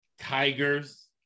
Tigers